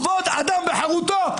כבוד האדם וחיאותו.